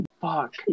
Fuck